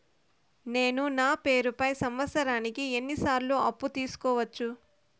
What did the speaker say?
నేను నా పేరుపై సంవత్సరానికి ఎన్ని సార్లు అప్పు తీసుకోవచ్చు?